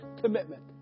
commitment